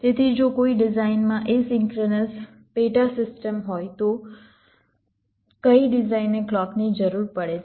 તેથી જો કોઈ ડિઝાઇનમાં એસિંક્રનસ પેટા સિસ્ટમ હોય તો કઈ ડિઝાઇનને ક્લૉકની જરૂર પડે છે